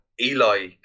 eli